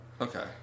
Okay